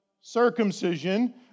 circumcision